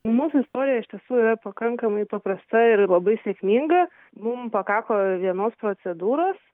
mūsų istorija iš tiesų yra pakankamai paprasta ir labai sėkminga mum pakako vienos procedūros